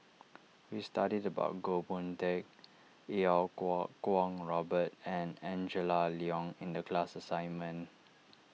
we studied about Goh Boon Teck Iau Kuo Kwong Robert and Angela Liong in the class assignment